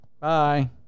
Bye